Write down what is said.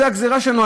זו הגזירה שלנו,